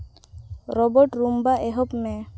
ᱨᱚᱵᱟᱴ ᱨᱩᱢᱵᱟ ᱮᱦᱚᱵ ᱢᱮ